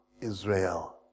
Israel